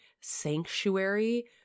sanctuary